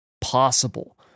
possible